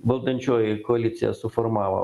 valdančioji koalicija suformavo